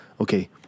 okay